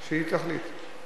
שהיא תחליט.